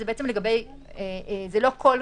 לא מדובר על כל הגופים,